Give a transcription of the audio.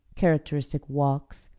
characteristic walks,